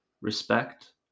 respect